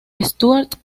stuart